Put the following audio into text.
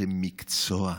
זה מקצוע.